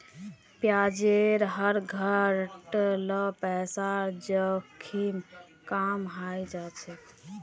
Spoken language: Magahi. ब्याजेर दर घट ल पैसार जोखिम कम हइ जा छेक